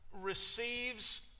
receives